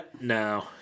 No